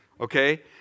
okay